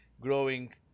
growing